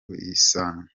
kuyisana